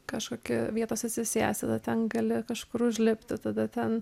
kažkokie vietos atsisėsti ten gali kažkur užlipti tada ten